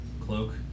cloak